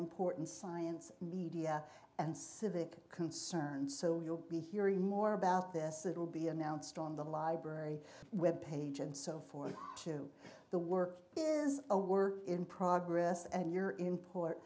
important science media and civic concerns so you'll be hearing more about this that will be announced on the library web page and so forth to the work is a work in progress and your import